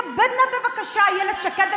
אפילו אילת שקד,